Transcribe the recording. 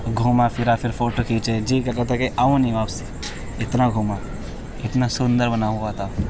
گھوما پھرا پھر فوٹو کھینچے جی کر رہا تھا کہ آؤں نہیں واپسی اتنا گھوما اتنا سندر بنا ہوا تھا